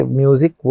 music